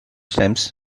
stems